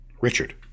richard